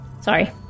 Sorry